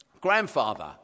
Grandfather